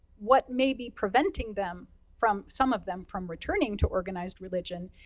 what may be preventing them from, some of them from returning to organized religion,